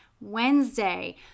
Wednesday